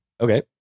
Okay